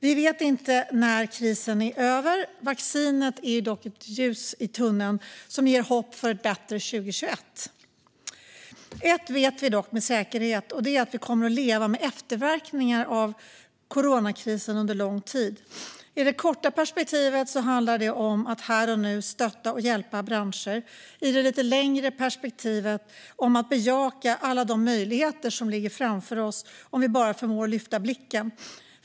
Vi vet inte när krisen är över. Vaccinet är dock ett ljus i tunneln som ger hopp om ett bättre 2021. Ett vet vi dock med säkerhet, och det är att vi under lång tid kommer att leva med efterverkningarna av coronakrisen. I det korta perspektivet handlar det om att här och nu stötta och hjälpa branscher. I det lite längre perspektivet handlar det om att bejaka alla de möjligheter som ligger framför oss om vi bara förmår att lyfta blicken.